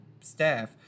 staff